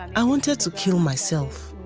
i wanted to kill myself.